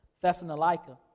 Thessalonica